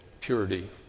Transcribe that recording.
purity